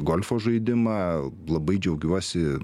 golfo žaidimą labai džiaugiuosi